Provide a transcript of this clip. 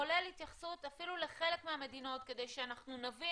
כולל התייחסות אפילו לחלק מהמדינות כדי שנבין